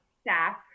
staff